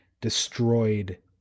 destroyed